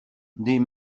des